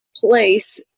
place